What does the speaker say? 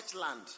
land